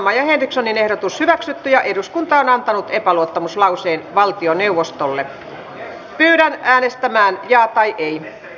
keskustelussa tehtiin seuraavat lisätalousarviota koskevat hyväksytyn menettelytavan mukaisesti keskuskansliaan kirjallisina jätetyt edustajille monistettuina ja numeroituina jaetut ehdotukset